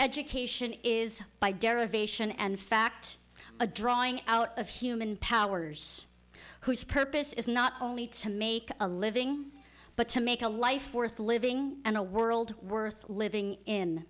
education is by derivation and fact a drawing out of human powers whose purpose is not only to make a living but to make a life worth living and a world worth living in